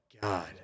God